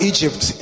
Egypt